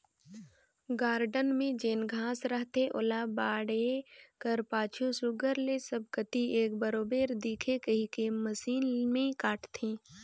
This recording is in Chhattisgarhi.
गारडन में जेन घांस रहथे ओला बाढ़े कर पाछू सुग्घर ले सब कती एक बरोबेर दिखे कहिके मसीन में काटथें